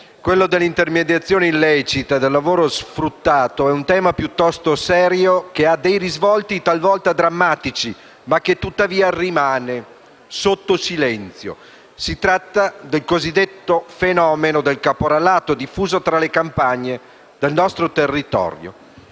Quello dell'intermediazione illecita e del lavoro sfruttato è un tema piuttosto serio, che ha risvolti talvolta drammatici, ma che tuttavia rimane sotto silenzio. Si tratta del cosiddetto fenomeno del caporalato, diffuso tra le campagne del nostro territorio,